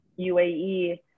UAE